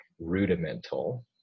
rudimental